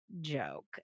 joke